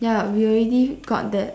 ya we already got that